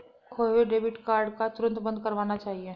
खोये हुए debit card को तुरंत बंद करवाना चाहिए